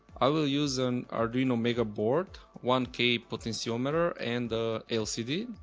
i will use an arduino mega board, one k potentiometer and the lcd.